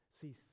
See